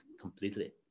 completely